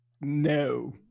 No